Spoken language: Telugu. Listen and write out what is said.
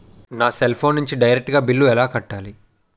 నా సెల్ ఫోన్ నుంచి డైరెక్ట్ గా బిల్లు ఎలా కట్టాలి?